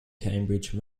cambridge